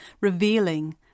revealing